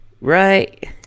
Right